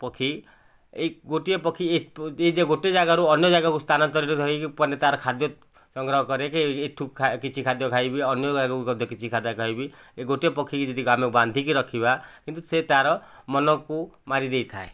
ପକ୍ଷୀ ଏଇ ଗୋଟିଏ ଗୋଟିଏ ଜାଗାରୁ ଅନ୍ୟ ଜାଗାକୁ ସ୍ଥାନାନ୍ତରିତ ହେଇକି ତା'ର ଖାଦ୍ୟ ସଂଗ୍ରହ କି ଏଇଠୁ କିଛି ଖାଦ୍ୟ ଖାଇବି ଅନ୍ୟ ଜାଗାରୁ ମଧ୍ୟ କିଛି ଖାଦ୍ୟ ଖାଇବି ଏ ଗୋଟିଏ ପକ୍ଷୀଙ୍କୁ ଯଦି ଆମେ ବାନ୍ଧିକି ରଖିବା କିନ୍ତୁ ସେ ତା'ର ମନକୁ ମାରିଦେଇଥାଏ